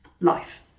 life